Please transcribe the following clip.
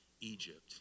Egypt